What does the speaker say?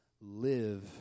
live